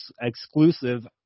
Exclusive